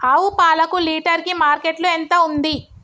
ఆవు పాలకు లీటర్ కి మార్కెట్ లో ఎంత ఉంది?